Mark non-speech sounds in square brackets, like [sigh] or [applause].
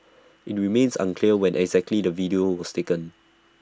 [noise] IT remains unclear when exactly the video was taken